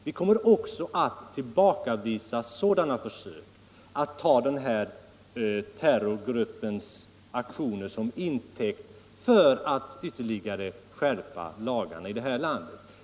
Vi tillbakavisar också sådana försök att ta den här terrorgruppens aktioner till intäkt för att ytterligare skärpa lagarna.